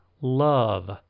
love